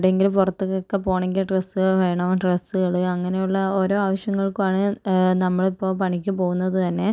എവിടെ എങ്കിലും പുറത്തേക്കൊക്കെ പോകണമെങ്കിൽ ഡ്രസ്സ് വേണം ഡ്രസ്സുകൾ അങ്ങനെയുള്ള ഓരോ ആവശ്യങ്ങൾക്കാണ് നമ്മളിപ്പം പണിയ്ക്കു പോകുന്നത് തന്നെ